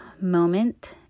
moment